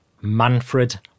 Manfred